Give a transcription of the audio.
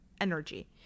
energy